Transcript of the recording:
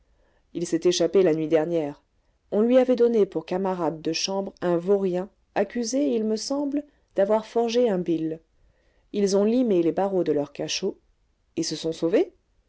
il s'est échappé la nuit dernière on lui avait donné pour camarade de chambre un vaurien accusé il me semble d'avoir forgé un bill ils ont limé les barreaux de leur cachot et se sont sauvés